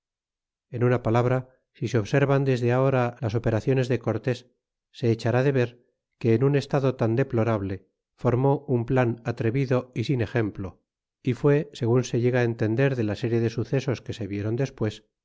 en guarda y guarniciones y en tepeaca estaba la rationes de cortés se echara de ver que en un estado tan deplorable formó un plan atrevido y sin ejemplo y fue segun se llega entender de la serie de sucesos que se vieron despues